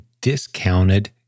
discounted